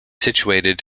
situated